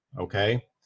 Okay